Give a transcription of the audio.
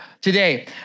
today